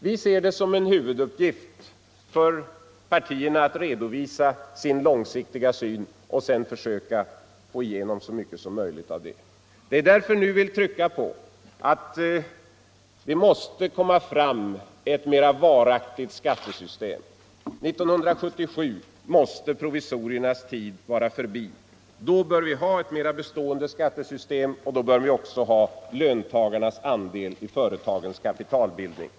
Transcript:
Vi ser det som en huvuduppgift för partierna att redovisa sin långsiktiga syn och sedan försöka få igenom så mycket som möjligt av sina förslag. Därför är det nu vi vill trycka på att det måste komma fram ett mera varaktigt skattesystem. 1977 måste provisoriernas tid vara förbi. Då bör vi ha ett mera bestående skattesystem, och då bör vi också ha löntagarnas andel i företagens kapitalbildning.